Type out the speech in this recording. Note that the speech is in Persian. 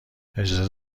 اجازه